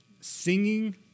singing